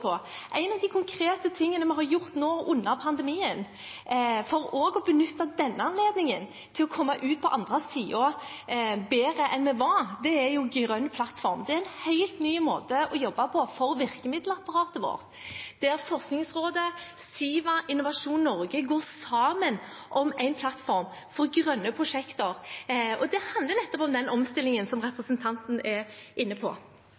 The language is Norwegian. på. Noe av det konkrete vi har gjort nå under pandemien for også å benytte denne anledningen til å komme ut på den andre siden bedre enn vi var, er Grønn plattform. Det er en helt ny måte å jobbe på for virkemiddelapparatet vårt, der Forskningsrådet, SIVA og Innovasjon Norge går sammen om en plattform for grønne prosjekter. Det handler nettopp om den omstillingen som representanten er inne på.